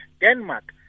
Denmark